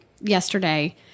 yesterday